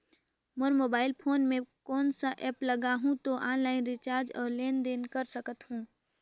मोर mobile phone मे कोन सा एप्प लगा हूं तो ऑनलाइन रिचार्ज और लेन देन कर सकत हू?